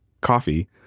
coffee